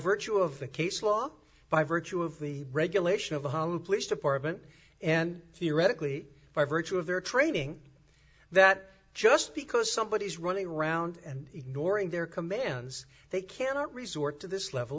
virtue of the case law by virtue of the regulation of a hollywood police department and theoretically by virtue of their training that just because somebody is running around and ignoring their commands they cannot resort to this level